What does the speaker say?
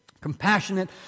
compassionate